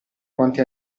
quanti